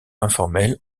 informelle